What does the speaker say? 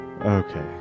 Okay